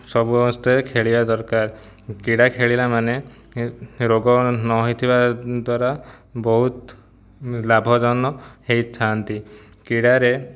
ସମସ୍ତେ ଖେଳିବା ଦରକାର କ୍ରୀଡ଼ା ଖେଳିଲା ମାନେ ରୋଗ ନହେଇଥିବା ଦ୍ୱାରା ବହୁତ ଲାଭଜନ ହୋଇଥାନ୍ତି କ୍ରୀଡ଼ାରେ